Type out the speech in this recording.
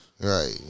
Right